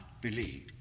believe